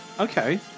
Okay